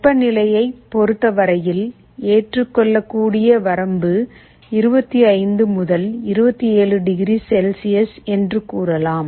வெப்பநிலையைப் பொறுத்தவரையில் ஏற்றுக்கொள்ளக்கூடிய வரம்பு 25 முதல் 27 டிகிரி செல்சியஸ் என்று கூறலாம்